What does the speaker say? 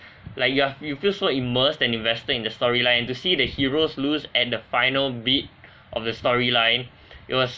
like you're you feel so immersed and invested in the storyline to see the heroes lose and the final beat of the storyline it was